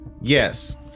Yes